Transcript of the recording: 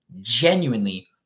genuinely